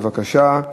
בבקשה.